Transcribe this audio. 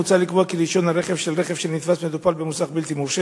מוצע לקבוע כי רשיון הרכב של רכב שנתפס מטופל במוסך בלתי מורשה